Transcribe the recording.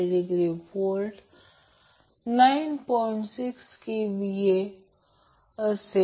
5 असे असेल